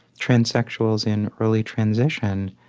transsexuals in early transition,